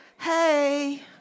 Hey